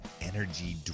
energy